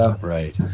right